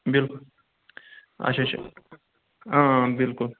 بالکل اچھا اچھا اۭں اۭں بالکل